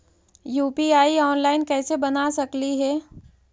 UPI online कैसे बना सकली हे?